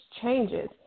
changes